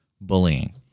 bullying